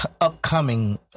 upcoming